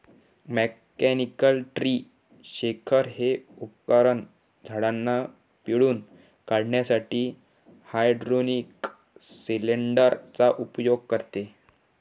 mechanical tree shaker हे उपकरण झाडांना पिळून काढण्यासाठी हायड्रोलिक सिलेंडर चा उपयोग करते